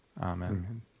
Amen